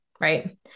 right